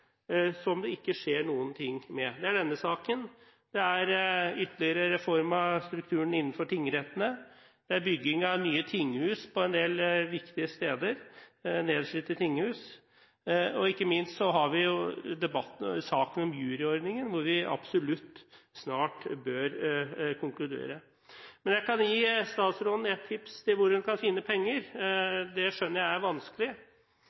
som det ikke skjer noe med. Det er denne saken, det er ytterligere reform av strukturen innenfor tingrettene, bygging av nye tinghus på en del viktige steder – nedslitte tinghus – og ikke minst har vi saken om juryordningen, hvor vi absolutt snart bør konkludere. Men jeg kan gi statsråden ett tips om hvor hun kan finne penger – det skjønner jeg er vanskelig.